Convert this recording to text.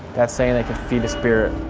that's saying it could feed a spirit.